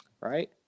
right